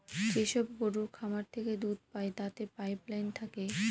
যেসব গরুর খামার থেকে দুধ পায় তাতে পাইপ লাইন থাকে